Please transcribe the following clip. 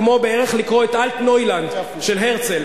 בערך כמו לקרוא את "אלטנוילנד" של הרצל,